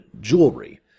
Jewelry